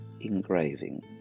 engraving